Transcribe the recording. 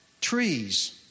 trees